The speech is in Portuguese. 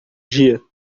dia